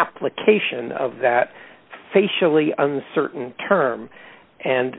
application of that facially uncertain term and